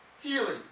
healing